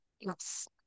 Yes